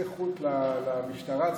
בשביל לטפל בזה צריך שיהיה קצה חוט למשטרה,